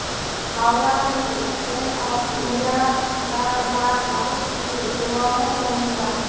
हावड़ा में stand up India का लाभ बहुत युवाओं को मिला